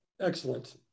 Excellent